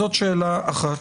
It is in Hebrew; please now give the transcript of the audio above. זאת שאלה אחת.